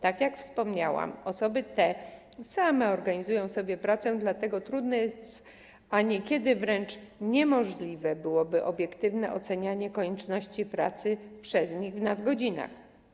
Tak jak wspomniałam, osoby te same organizują sobie pracę, dlatego trudne, a niekiedy wręcz niemożliwe, byłoby obiektywne ocenianie konieczności wykonywania przez nich pracy w nadgodzinach.